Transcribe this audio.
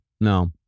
No